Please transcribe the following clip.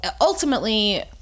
ultimately